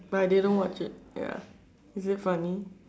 but I didn't watch it ya was it funny